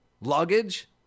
luggage